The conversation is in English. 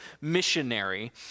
missionary